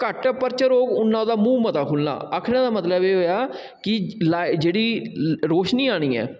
घट्ट अपर्चर होग उन्ना ओह्दा मूहं मता खुल्लना आखने दा मतलब एह् होएआ कि लाई जेह्ड़ी रोशनी आनी ऐ